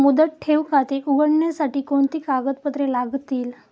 मुदत ठेव खाते उघडण्यासाठी कोणती कागदपत्रे लागतील?